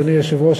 אדוני היושב-ראש,